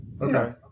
Okay